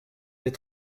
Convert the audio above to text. des